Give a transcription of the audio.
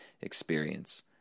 experience